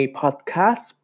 podcast